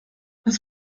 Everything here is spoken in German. das